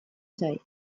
zait